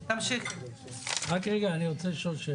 אני אומר משהו.